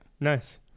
Nice